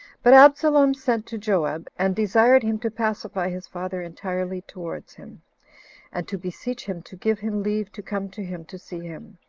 but absalom sent to joab, and desired him to pacify his father entirely towards him and to beseech him to give him leave to come to him to see him,